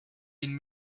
been